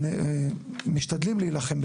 משתדלים להילחם,